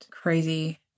Crazy